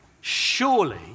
surely